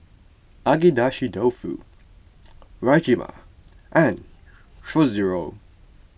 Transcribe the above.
Agedashi Dofu Rajma and Chorizo